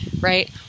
Right